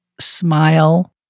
smile